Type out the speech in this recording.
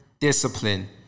discipline